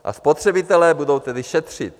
A spotřebitelé budou tedy šetřit.